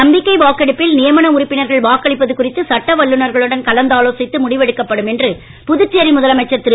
நம்பிக்கை வாக்கெடுப்பில் நியமன உறுப்பினர்கள் வாக்களிப்பது குறித்து சட்ட வல்லுனர்களுடன் கலந்து ஆலோசித்து முடிவெடுக்கப்படும் என்று புதுச்சேரி முதலமைச்சர் திரு